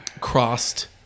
crossed